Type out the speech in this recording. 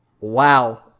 wow